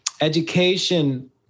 education